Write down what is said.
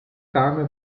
cane